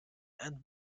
and